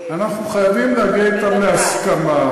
--- אנחנו חייבים להגיע אתם להסכמה.